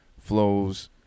flows